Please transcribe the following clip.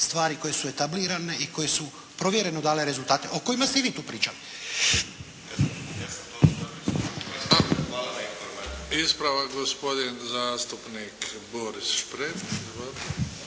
stvari koje su etablirane i koje su provjereno dale rezultate, o kojima ste i vi tu pričali. **Bebić, Luka (HDZ)** Ispravak, gospodin zastupnik Boris Šprem.